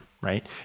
right